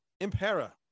Impera